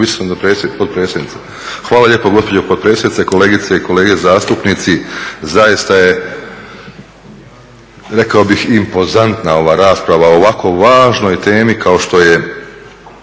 Boro (HDSSB)** Hvala lijepo gospođo potpredsjednice. Kolegice i kolege zastupnici, zaista je, rekao bih impozantna ova rasprava o ovako važnoj temi kao što je